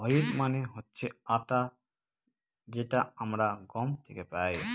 wheat মানে হচ্ছে আটা যেটা আমরা গম থেকে পাই